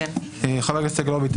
חבר הכנסת סגלוביץ',